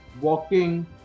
walking